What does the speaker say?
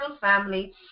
family